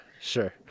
sure